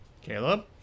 Caleb